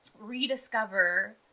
Rediscover